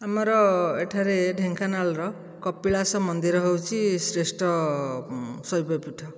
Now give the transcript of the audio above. ଆମର ଏଠାରେ ଢେଙ୍କାନାଳର କପିଳାଶ ମନ୍ଦିର ହେଉଛି ଶ୍ରେଷ୍ଠ ଶୈବ ପୀଠ